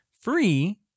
free